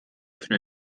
öffnen